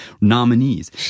nominees